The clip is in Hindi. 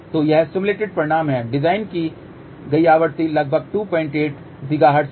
तो यह सिम्युलेटेड परिणाम है डिज़ाइन की गई आवृत्ति लगभग 28 गीगाहर्ट्ज़ है